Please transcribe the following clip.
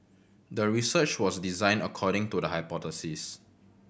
the research was designed according to the hypothesis